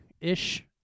ish